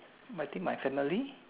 I think my family